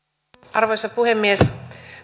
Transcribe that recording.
arvoisa puhemies